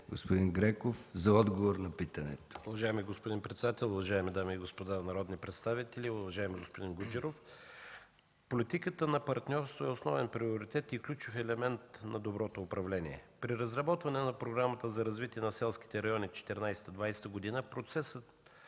господин Греков за отговор на питането. МИНИСТЪР ДИМИТЪР ГРЕКОВ: Уважаеми господин председател, уважаеми дами и господа народни представители! Уважаеми господин Гуджеров, политиката на партньорство е основен приоритет и ключов елемент на доброто управление. При разработването на Програмата за развитие на селските райони 2014 2020 г. процесът